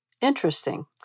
Interesting